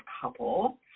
couple